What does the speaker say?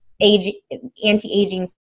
anti-aging